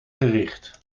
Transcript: gericht